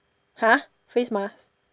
!huh! face mask